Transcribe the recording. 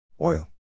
Oil